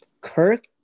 Kirk